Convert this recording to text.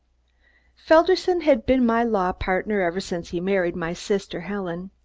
felderson has been my law partner ever since he married my sister helen.